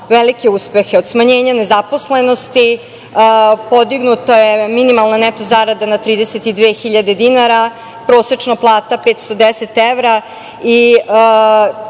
velike uspehe, od smanjenja nezaposlenosti, podignuta je minimalna neto zarada na 32 hiljade dinara, prosečna plata 510 evra.